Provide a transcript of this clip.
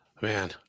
Man